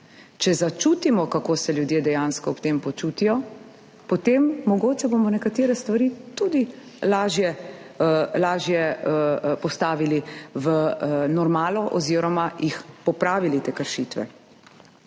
Če začutimo, kako se ljudje dejansko ob tem počutijo, potem bomo mogoče nekatere stvari lažje postavili v normalo oziroma jih popravili, te kršitve.